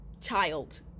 child